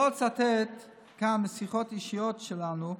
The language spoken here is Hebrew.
לא אצטט כאן משיחות אישיות שלנו,